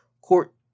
Court